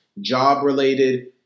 job-related